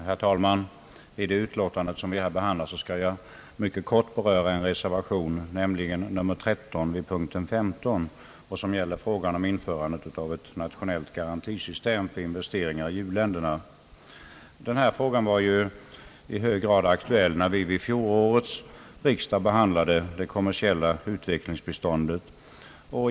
Herr talman! I det utlåtande som vi här behandlar skall jag endast beröra en reservation, nämligen nr 13 vid punkten 15, som gäller frågan om införande av ett nationellt garantisystem för investeringar i u-länderna. Denna fråga var ju i hög grad aktuell när vi vid fjolårets riksdag behandlade det kommersiella utvecklingsbiståndet.